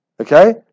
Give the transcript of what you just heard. Okay